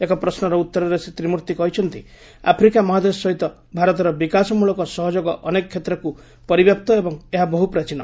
ଏକ ପ୍ରଶ୍ୱର ଉତ୍ତରରେ ଶ୍ରୀ ତ୍ରିମୂର୍ତ୍ତି କହିଛନ୍ତି ଆଫ୍ରିକା ମହାଦେଶ ସହିତ ଭାରତର ବିକାଶମଳକ ସହଯୋଗ ଅନେକ କ୍ଷେତ୍ରକୁ ପରିବ୍ୟାପ୍ତ ଏବଂ ଏହା ବହୁ ପ୍ରାଚୀନ